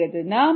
நாம் நேரத்தை 2